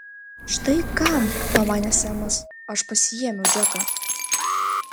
štai kam pamanė semas aš pasiėmiau džeką